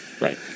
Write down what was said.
right